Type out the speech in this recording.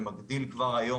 ומגדיל כבר היום,